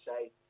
say